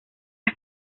las